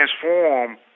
transform